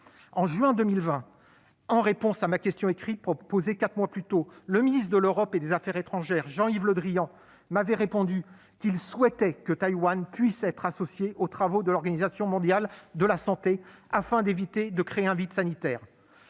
En juin 2020, en réponse à ma question écrite posée quatre mois plus tôt, Jean-Yves Le Drian, ministre de l'Europe et des affaires étrangères, m'indiquait qu'il souhaitait que Taïwan puisse être associée aux travaux de l'Organisation mondiale de la santé afin d'éviter de créer un vide sanitaire.